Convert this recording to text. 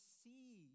see